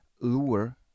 lure